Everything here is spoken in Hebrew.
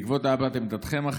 בעקבות הבעת עמדתכם,